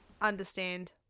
understand